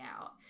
out